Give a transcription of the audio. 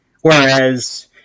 whereas